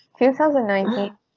2019